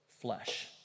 flesh